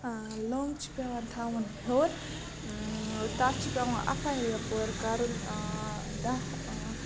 لوٚنٛگ چھِ پٮ۪وان تھاوُن ہیوٚر تَتھ چھُ پٮ۪وان اپَپارِ یَپور کَرُن دَہ